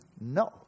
No